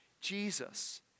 Jesus